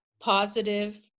positive